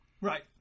right